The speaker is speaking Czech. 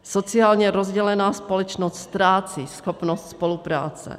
Sociálně rozdělená společnost ztrácí schopnost spolupráce.